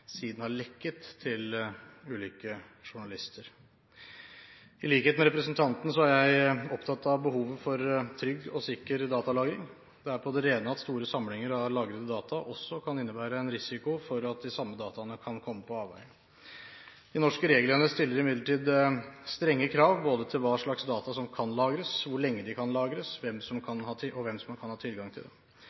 siden har lekket til ulike journalister. I likhet med representanten er jeg opptatt av behovet for trygg og sikker datalagring. Det er på det rene at store samlinger av lagrede data også kan innebære en risiko for at de samme dataene kan komme på avveier. De norske reglene stiller imidlertid strenge krav både til hva slags data som kan lagres, hvor lenge de kan lagres, og hvem som kan ha tilgang til